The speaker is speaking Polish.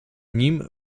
nim